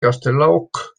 castelaok